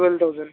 twelve thousand